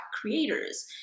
creators